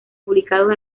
publicados